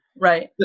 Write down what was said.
Right